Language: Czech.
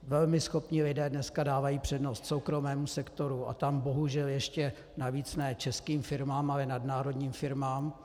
Velmi schopní lidé dneska dávají přednost soukromému sektoru a tam bohužel ještě navíc ne českým firmám, ale nadnárodním firmám.